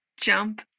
jump